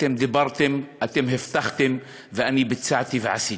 אתם דיברתם, אתם הבטחתם, ואני ביצעתי ועשיתי.